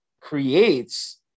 creates